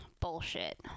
bullshit